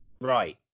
right